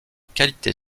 qualité